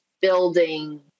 building